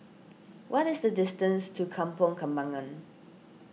what is the distance to Kampong Kembangan